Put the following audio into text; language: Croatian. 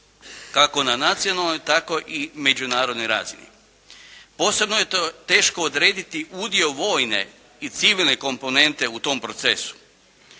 kako na nacionalnoj, tako i na međunarodnoj razini. Posebno je teško odrediti udio vojne i civilne komponente u tom procesu.